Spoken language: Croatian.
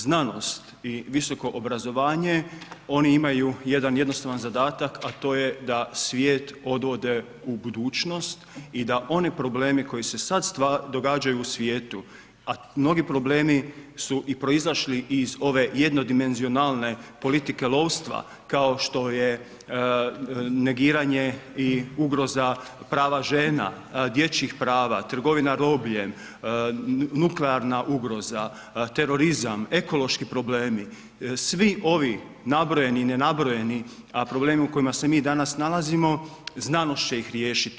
Znanost i visoko obrazovanje oni imaju jedan jednostavan zadatak, a to je da svijet odvode u budućnost i da one probleme koji se sada događaju u svijetu, a mnogi problemi su i proizašli iz ove jednodimenzionalne politike lovstva kao što je negiranje i ugroza prva žena, dječjih prava, trgovina robljem, nuklearna ugroza, terorizam, ekološki problemi svi ovi nabrojeni i ne nabrojeni a problemi u kojima se mi danas nalazimo znanost će ih riješiti.